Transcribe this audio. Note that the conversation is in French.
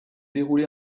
déroulé